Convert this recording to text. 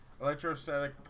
Electrostatic